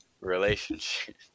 relationship